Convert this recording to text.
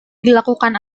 dilakukan